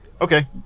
Okay